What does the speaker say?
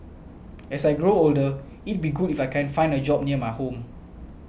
as I grow older it'd be good if I can find a job near my home